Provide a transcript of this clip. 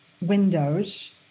Windows